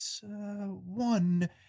one